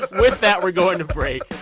ah with that, we're going to break.